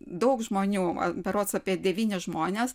daug žmonių berods apie devynis žmones